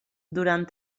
durant